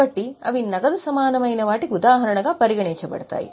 కాబట్టి అవి నగదు సమానమైన వాటికి ఉదాహరణగా పరిగణించబడతాయి